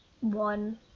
one